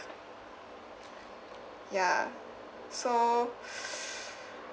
ya so